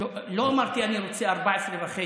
לא אמרתי שאני רוצה 14.5,